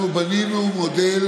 אנחנו בנינו מודל